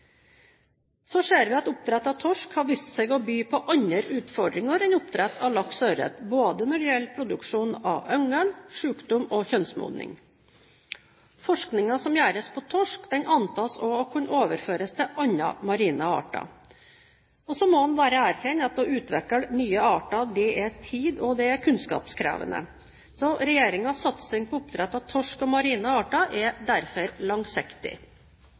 Så ser vi at oppdrett av torsk har vist seg å by på andre utfordringer enn oppdrett av laks og ørret, både når det gjelder produksjon av yngel, sykdom og kjønnsmodning. Forskningen som gjøres på torsk, antas å kunne overføres til andre marine arter. Så må man bare erkjenne at å utvikle nye arter er tid- og kunnskapskrevende. Regjeringens satsing på oppdrett av torsk og marine arter er derfor langsiktig.